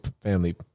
family